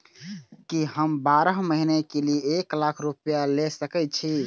की हम बारह महीना के लिए एक लाख रूपया ले सके छी?